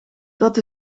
dat